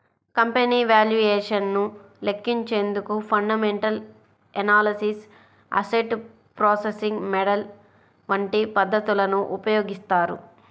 company valuation ను లెక్కించేందుకు fundamental analysis, asset pricing model వంటి పద్ధతులను ఉపయోగిస్తారు